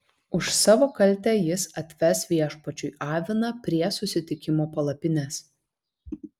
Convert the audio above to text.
už savo kaltę jis atves viešpačiui aviną prie susitikimo palapinės